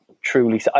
truly